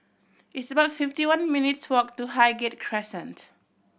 it's about fifty one minutes' walk to Highgate Crescent